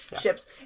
ships